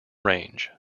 range